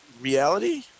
reality